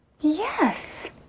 yes